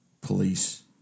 police